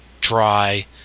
dry